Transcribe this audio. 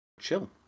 Chill